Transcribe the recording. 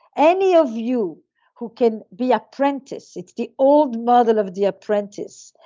any of you who can be apprentice, it's the old model of the apprentice.